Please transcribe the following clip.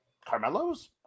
Carmelo's